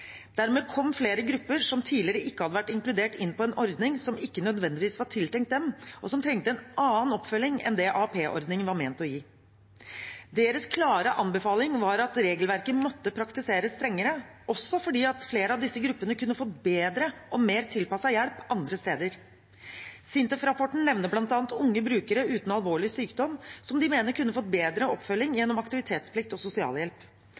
Dermed kom flere grupper som tidligere ikke hadde vært inkludert, inn på en ordning som ikke nødvendigvis var tiltenkt dem, og som trengte en annen oppfølging enn det AAP-ordningen var ment å gi. Deres klare anbefaling var at regelverket måtte praktiseres strengere, også fordi flere av disse gruppene kunne fått bedre og mer tilpasset hjelp andre steder. SINTEF-rapporten nevner bl.a. unge brukere uten alvorlig sykdom, som de mener kunne fått bedre oppfølging gjennom aktivitetsplikt og sosialhjelp.